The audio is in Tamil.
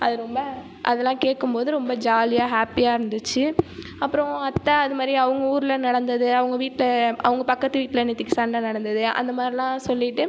அது ரொம்ப அதெல்லாம் கேட்கும்போது ரொம்ப ஜாலியாக ஹாப்பியாக இருந்துச்சு அப்புறோம் அத்தை அதுமாதிரி அவங்க ஊரில் நடந்தது அவங்க வீட்டில் அவங்க பக்கத்து வீட்டில் நேற்றைக்கு சண்டை நடந்தது அந்தமாதிரிலா சொல்லிவிட்டு